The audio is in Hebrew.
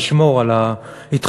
לשמור על ההתחייבויות